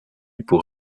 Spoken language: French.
pour